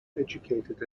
educated